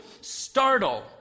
startle